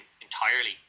entirely